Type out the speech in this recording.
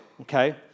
okay